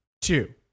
two